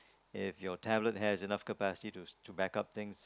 if your tablet has enough capacity to to back up things